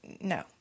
no